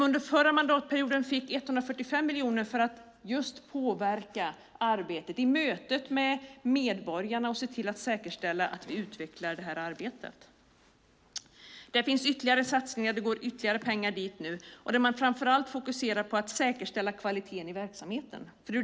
Under förra mandatperioden fick de 145 miljoner för att just påverka mötet med medborgarna och se till att säkerställa att vi utvecklar det arbetet. Det finns ytterligare satsningar. Det går ytterligare pengar dit nu. Det man framför allt fokuserar på är att säkerställa kvaliteten i verksamheten.